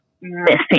missing